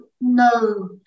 no